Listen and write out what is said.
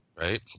Right